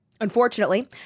Unfortunately